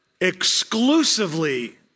exclusively